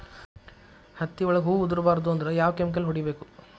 ಹತ್ತಿ ಒಳಗ ಹೂವು ಉದುರ್ ಬಾರದು ಅಂದ್ರ ಯಾವ ಕೆಮಿಕಲ್ ಹೊಡಿಬೇಕು?